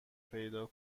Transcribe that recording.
پیدا